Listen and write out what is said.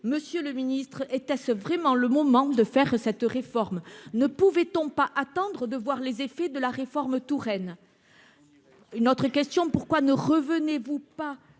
Monsieur le Ministre était-ce vraiment le moment de faire cette réforme ne pouvait-on pas attendre de voir les effets de la réforme Touraine. Une autre question pourquoi ne revenez-vous pas